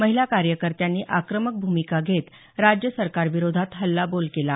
महिला कार्यकर्त्यांनी आक्रमक भूमिका घेत राज्य सरकारविरोधात हल्लाबोल केला